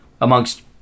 amongst